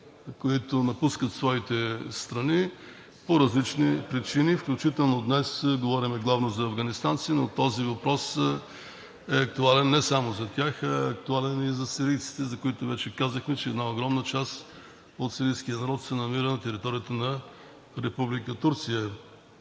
които напускат своите страни по различни причини. Включително днес говорим главно за афганистанци, но този въпрос е актуален не само за тях, а е актуален и за сирийците, за които вече казахме, че една огромна част от сирийския народ се намира на територията на Република Турция.